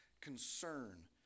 concern